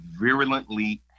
virulently